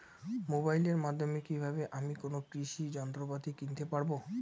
মোবাইলের মাধ্যমে কীভাবে আমি কোনো কৃষি যন্ত্রপাতি কিনতে পারবো?